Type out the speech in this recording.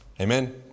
Amen